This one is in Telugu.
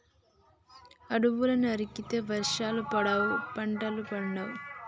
అడవుల్ని నరికితే వర్షాలు పడవు, పంటలు పండవు